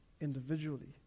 individually